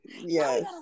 yes